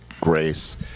grace